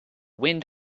wind